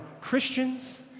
Christians